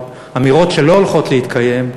אמירות שלא הולכות להתקיים,